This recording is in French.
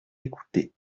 écouté